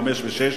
5 ו-6,